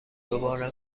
دوباره